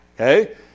Okay